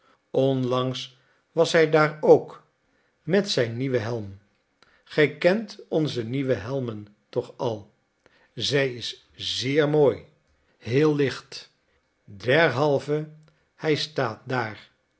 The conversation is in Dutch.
onlangs was hij daar ook met zijn nieuwen helm gij kent onze nieuwe helmen toch al zij zijn zeer mooi heel licht derhalve hij staat